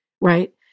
right